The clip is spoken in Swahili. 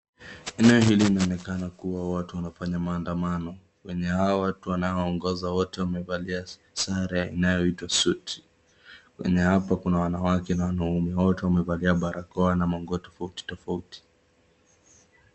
Eneo hili inaonekana kuwa watu wanafanya maandamano. Venye hawa watu wanaongoza wote wamevalia sare inayoitwa suit . Venye hapa kuna wanawake na wanaume, wote wamevalia barakoa na manguo tofautitofauti.